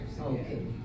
Okay